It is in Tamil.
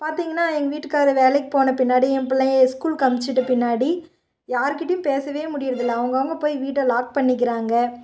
பார்த்திங்கன்னா எங்கள் வீட்டுக்காரரு வேலைக்குப் போன பின்னாடி என் பிள்ளையை ஸ்கூலுக்கு அமிச்சிட்ட பின்னாடி யார்கிட்டயும் பேசவே முடியறதில்லை அவகவுங்க போய் வீட்டை லாக் பண்ணிக்கிறாங்க